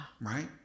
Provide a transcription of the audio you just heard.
Right